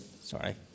sorry